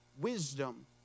wisdom